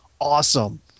awesome